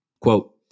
Quote